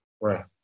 right